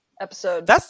episode